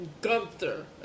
Gunther